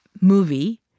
movie